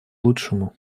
лучшему